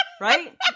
Right